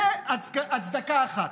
זו הצדקה אחת,